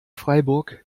freiburg